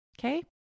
Okay